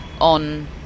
on